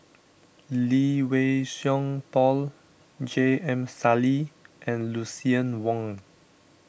Lee Wei Song Paul J M Sali and Lucien Wang